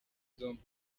zombi